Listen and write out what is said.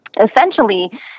Essentially